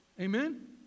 Amen